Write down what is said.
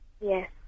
Yes